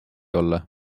olla